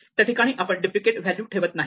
त्या ठिकाणी आपण डुप्लिकेट व्हॅल्यू ठेवत नाही